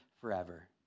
forever